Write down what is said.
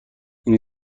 این